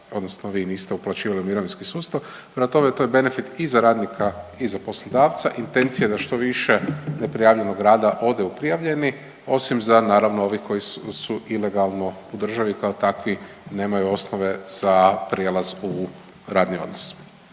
odnosno vi niste uplaćivali u mirovinski sustav. Prema tome, to je benefit i za radnika i za poslodavca. Intencija je da što piše neprijavljenog rada ode u prijavljeni, osim za naravno ovi koji su ilegalno u državi kao takvi nemaju osnove za prijelaz u radni odnos.